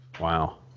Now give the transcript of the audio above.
Wow